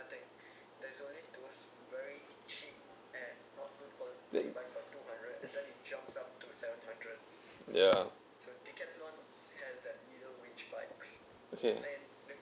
yeah